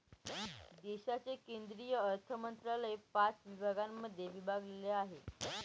देशाचे केंद्रीय अर्थमंत्रालय पाच विभागांमध्ये विभागलेले आहे